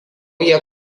jie